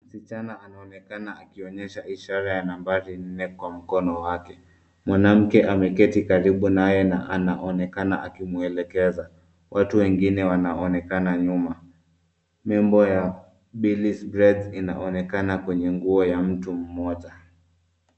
Kijana anaonekana akionyesha ishara ya namba nne kwenye mkono wake. Mwanamke ameketi karibu naye na anaoneka akimwelekeza. Watu wengine wanaonekana nyuma. Nembo ya billy's bread inaonekana kwenye nguo ya mtu mmoja.